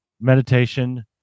meditation